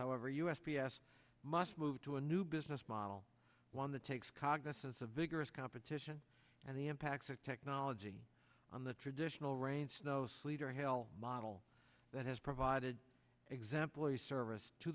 however u s p s must move to a new business model one that takes cognizance of vigorous competition and the impacts of technology on the traditional rain snow sleet or hell model that has provided example or service to